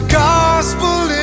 gospel